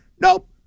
nope